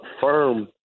firm